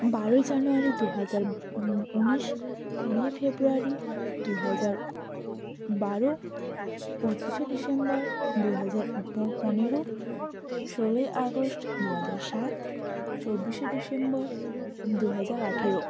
বারোই জানুয়ারি দু হাজার উনিশ কুড়িয়ে ফেব্রুয়ারি দু হাজার বারো পঁচিশে ডিসেম্বর দু হাজার পনেরো ষোলোই আগস্ট দু হাজার সাত চব্বিশে ডিসেম্বর দু হাজার আঠেরো